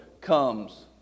comes